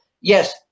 yes